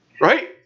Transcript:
Right